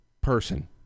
person